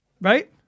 Right